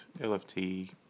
LFT